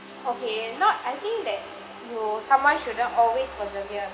okay not I think that you someone shouldn't always persevere